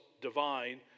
divine